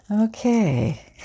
Okay